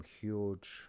huge